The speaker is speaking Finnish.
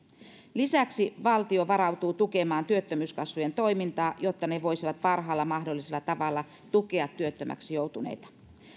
lisäksi valtio varautuu tukemaan työttömyyskassojen toimintaa jotta ne voisivat parhaalla mahdollisella tavalla tukea työttömäksi joutuneita